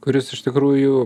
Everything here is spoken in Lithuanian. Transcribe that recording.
kuris iš tikrųjų